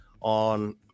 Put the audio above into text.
on